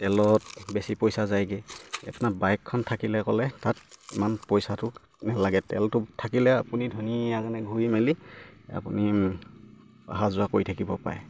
তেলত বেছি পইচা যায়গে আপোনাৰ বাইকখন থাকিলে ক'লে তাত ইমান পইচাটো নালাগে তেলটো থাকিলে আপুনি ধুনীয়াকে ঘূৰি মেলি আপুনি অহা যোৱা কৰি থাকিব পাৰে